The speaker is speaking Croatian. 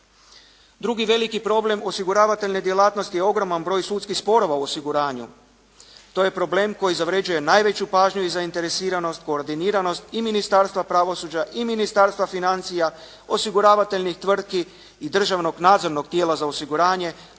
Drugi veliki problem osiguravateljne djelatnosti je ogroman broj sudskih sporova u osiguranju, to je problem koji zavrjeđuje najveću pažnju i zainteresiranost, koordiniranost i Ministarstva pravosuđa i Ministarstva financija, osiguravateljnih tvrtki i državnog nadzornog tijela za osiguranje,